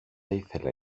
ήθελα